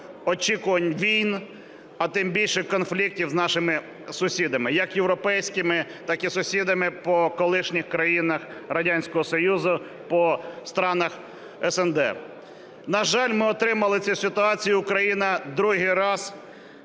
очікувань війн, а тим більше конфліктів з нашими сусідами, як європейськими, так і сусідами по колишніх країн Радянського Союзу, по странах СНД. На жаль, ми отримали цю ситуацію і Україна другий раз